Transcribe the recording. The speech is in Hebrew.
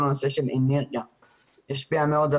כל הנושא של אנרגיה משפיע מאוד על